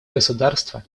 государства